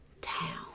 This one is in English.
town